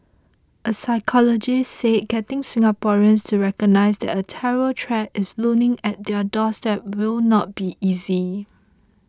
a psychologist said getting Singaporeans to recognise that a terror threat is looming at their doorstep will not be easy